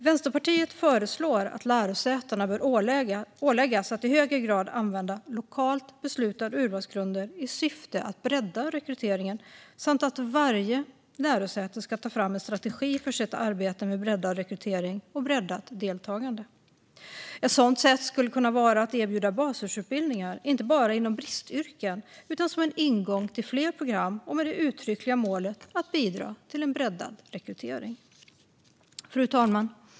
Vänsterpartiet föreslår därför att lärosätena ska åläggas att i högre grad använda lokalt beslutade urvalsgrunder i syfte att bredda rekryteringen och att varje lärosäte ska ta fram en strategi för sitt arbete med breddad rekrytering och breddat deltagande. Ett sådant sätt skulle kunna vara att erbjuda basårsutbildningar inte bara inom bristyrken utan som ingång till fler program och med det uttryckliga målet att bidra till en breddad rekrytering. Fru talman!